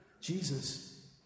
Jesus